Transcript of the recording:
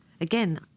Again